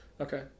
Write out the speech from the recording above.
Okay